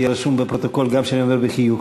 שיהיה רשום בפרוטוקול גם שאני אומר בחיוך: